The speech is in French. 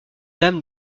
dame